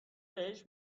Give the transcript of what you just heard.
بهش